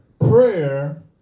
Prayer